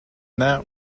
that